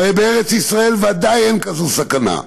הרי בארץ ישראל ודאי אין כזאת סכנה.